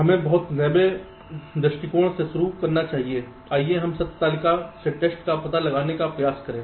हमें बहुत नैवे दृष्टिकोण से शुरू करना चाहिए आइए हम सत्य तालिका से टेस्ट का पता लगाने का प्रयास करें